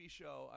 show